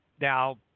now